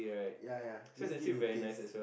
ya ya just give the taste